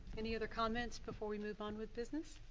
any other comments before we move on with business?